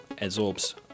absorbs